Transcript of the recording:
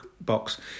box